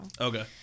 Okay